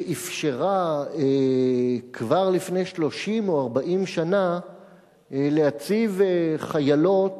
שאפשרה כבר לפני 30 או 40 שנה להציב חיילות